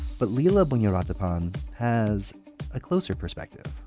but leela punyaratabandhu has a closer perspective.